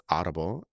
Audible